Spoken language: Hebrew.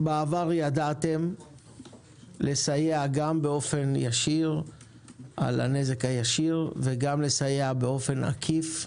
בעבר ידעתם לסייע גם באופן ישיר בשל הנזק הישיר וגם לסייע באופן עקיף,